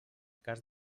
cas